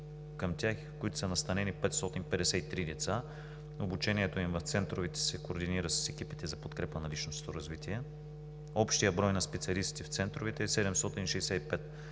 към тях са настанени 553 деца. Обучението им в центровете се координира с екипите за подкрепа на личностното развитие. Общият брой на специалистите в центровете е 765.